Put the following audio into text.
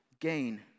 gain